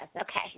Okay